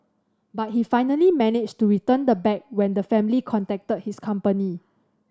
but he finally managed to return the bag when the family contacted his company